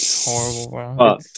Horrible